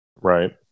right